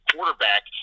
quarterback